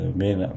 main